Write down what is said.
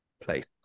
place